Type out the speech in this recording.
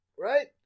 Right